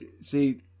See